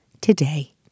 today